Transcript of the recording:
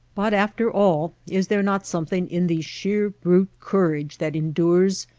but, after all, is there not something in the sheer brute courage that endures,